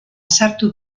sartu